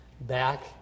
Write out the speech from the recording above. back